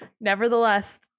Nevertheless